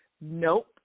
nope